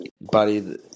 buddy